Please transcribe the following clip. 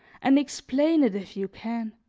and explain it if you can.